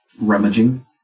Rummaging